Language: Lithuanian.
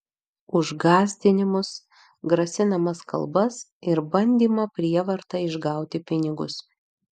už gąsdinimus grasinamas kalbas ir bandymą prievarta išgauti pinigus